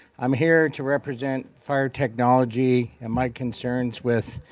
i'm here to represent fire technology and my concerns with